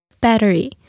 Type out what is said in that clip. Battery